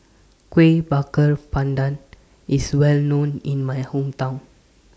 Kuih Bakar Pandan IS Well known in My Hometown